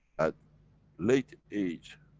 at late age,